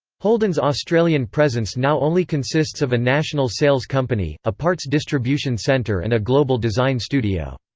holden's australian presence now only consists of a national sales company, a parts distribution centre and a global design studio.